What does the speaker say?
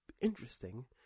interesting